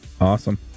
Awesome